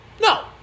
No